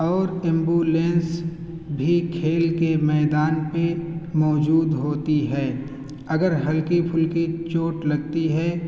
اور ایمبولینس بھی کھیل کے میدان پہ موجود ہوتی ہے اگر ہلکی پھلکی چوٹ لگتی ہے